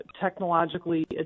technologically